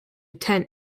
tent